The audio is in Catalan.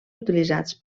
utilitzats